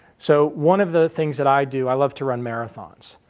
so one of the things that i do, i love to run marathons.